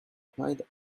quite